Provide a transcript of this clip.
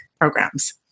programs